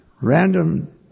Random